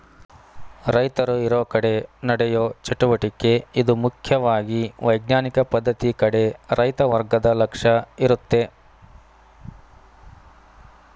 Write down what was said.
ರೈತರು ಇರೋಕಡೆ ನಡೆಯೋ ಚಟುವಟಿಕೆ ಇದು ಮುಖ್ಯವಾಗಿ ವೈಜ್ಞಾನಿಕ ಪದ್ಧತಿ ಕಡೆ ರೈತ ವರ್ಗದ ಲಕ್ಷ್ಯ ಇರುತ್ತೆ